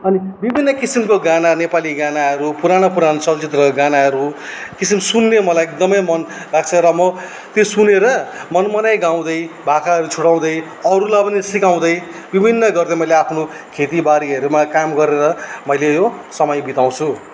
अनि विभिन्न किसिमको गाना नेपाली गानाहरू पुरानो पुरानो चलचित्रको गानाहरू किसिम सुन्ने मलाई एकदमै मन लाग्छ र मो त्यो सुनेर मनमनै गाउँदै भाकाहरू छुटाउँदै अरूलाई पनि सिकाउँदै विभिन्न गर्दै मैले आफ्नो खेती बारीहरूमा काम गरेर मैले यो समय बिताउँछु